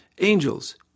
Angels